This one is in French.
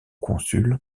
consul